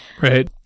Right